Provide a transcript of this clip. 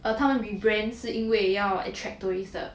um 他们 rebrand 是因为要 attract tourist 的